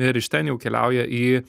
ir iš ten jau keliauja į